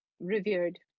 revered